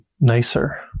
nicer